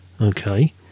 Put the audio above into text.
Okay